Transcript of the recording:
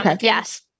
Yes